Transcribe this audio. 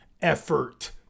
effort